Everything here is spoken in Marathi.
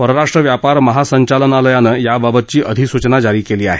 परराष्ट्र व्यापार महासंचालनालयानं याबाबतची अधिसूचना जारी केली आहे